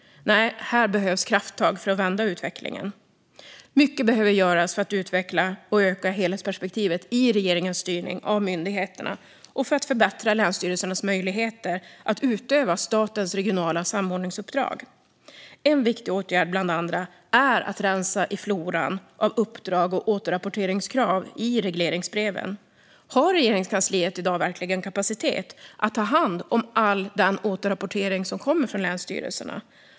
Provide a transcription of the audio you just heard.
Nej, här behövs krafttag för att vända utvecklingen. Mycket behöver göras för att utveckla och öka helhetsperspektivet i regeringens styrning av myndigheterna och för att förbättra länsstyrelsernas möjligheter att utöva statens regionala samordningsuppdrag. En viktig åtgärd bland andra är att rensa i floran av uppdrag och återrapporteringskrav i regleringsbreven. Har Regeringskansliet i dag verkligen kapacitet att ta hand om all återrapportering som kommer från länsstyrelserna?